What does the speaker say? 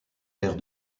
père